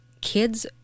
kids